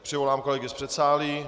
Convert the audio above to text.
Přivolám kolegy z předsálí.